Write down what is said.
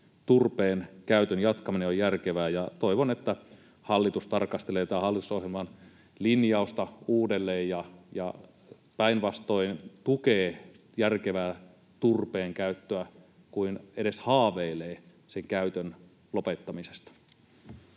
turpeenkäytön jatkaminen on järkevää. Toivon, että hallitus tarkastelee tätä hallitusohjelman linjausta uudelleen ja päinvastoin tukee järkevää turpeenkäyttöä kuin edes haaveilee sen käytön lopettamisesta.